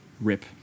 Rip